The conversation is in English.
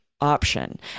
Option